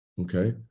Okay